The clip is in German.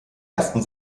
ersten